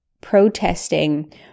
protesting